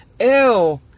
ew